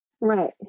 Right